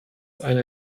einen